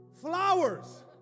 flowers